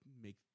make